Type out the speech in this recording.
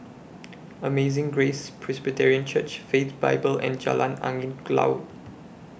Amazing Grace Presbyterian Church Faith Bible and Jalan Angin Laut